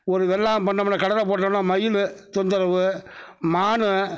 ஒரு வெள்ளாமை பண்ணோம்னா கடலை போட்டாலும் மயில் தொந்திரவு மான்